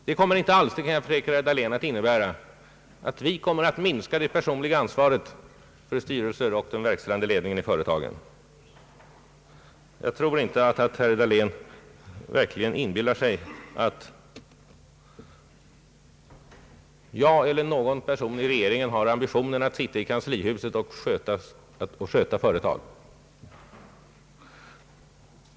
Det kommer inte alls — det kan jag försäkra herr Dahlén — att innebära att vi kommer att minska det personliga ansvaret för styrelsen och den verkställande ledningen i företagen. Jag tror inte att herr Dahlén verkligen inbillar sig att jag eller någon annan i regeringen har ambitionen att sitta i kanslihuset och sköta företag.